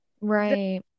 Right